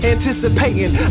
Anticipating